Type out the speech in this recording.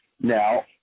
Now